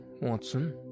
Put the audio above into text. Watson